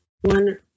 one